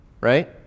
Right